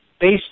based